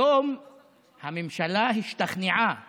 היום הממשלה השתכנעה בצורך,